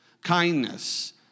kindness